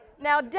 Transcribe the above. now